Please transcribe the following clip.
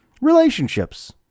Relationships